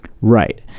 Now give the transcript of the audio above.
Right